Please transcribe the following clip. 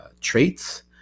traits